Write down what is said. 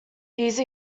these